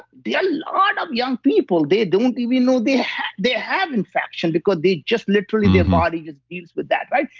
a lot of young people, they don't even know they have they have infection because they just literally, their body just deals with that, right?